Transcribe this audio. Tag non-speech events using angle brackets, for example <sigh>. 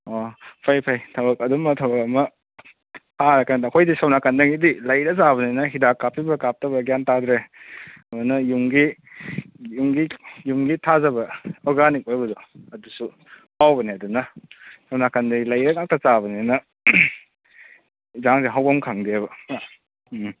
ꯑꯣ ꯐꯩ ꯐꯩ ꯊꯕꯛ ꯑꯗꯨꯝꯕ ꯊꯕꯛ ꯑꯃ ꯀꯩꯅꯣꯗ ꯑꯩꯈꯣꯏꯗꯤ ꯑꯁꯣꯝ ꯅꯥꯀꯟꯗꯒꯤꯗꯤ ꯂꯩꯔ ꯆꯥꯕꯅꯤꯅ ꯍꯤꯗꯥꯛ ꯀꯥꯞꯄꯤꯕ꯭ꯔꯥ ꯀꯥꯞꯇꯕ꯭ꯔꯥ ꯒ꯭ꯌꯥꯟ ꯇꯥꯗ꯭ꯔꯦ ꯑꯗꯨꯅ ꯌꯨꯝꯒꯤ ꯌꯨꯝꯒꯤ ꯌꯨꯝꯒꯤ ꯊꯥꯖꯕ ꯑꯣꯔꯒꯥꯅꯤꯛ ꯑꯣꯏꯕꯗꯣ ꯑꯗꯨꯁꯨ ꯍꯥꯎꯕꯅꯦ ꯑꯗꯨꯅ ꯁꯣꯝ ꯅꯥꯀꯟꯗꯗꯤ ꯂꯩꯔꯒ ꯉꯥꯛꯇ ꯆꯥꯕꯅꯤꯅ ꯏꯟꯖꯥꯡꯁꯦ ꯍꯥꯎꯐꯝ ꯈꯪꯗꯦꯕ <unintelligible>